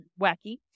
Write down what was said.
wacky